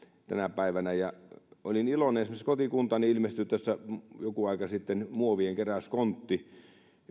tänä päivänä olin iloinen kun kotikuntaani ilmestyi tässä joku aika sitten muovien keräyskontti